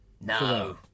No